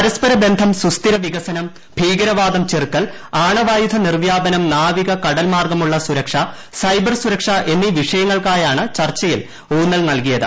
പരസ്പരബന്ധം സുസ്ഥിര വികസനം ഭീകരവാദം ചെറുക്കൽ ആണവായുധ നിർവ്യാപനം നാവിക കടൽമാർഗ്ഗമുള്ള സുരക്ഷ സൈബർ സുരക്ഷ എന്നീ വിഷയങ്ങൾക്കാണ് ചർച്ചയിൽ ഊന്നൽ നൽകിയത്